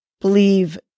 believe